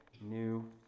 new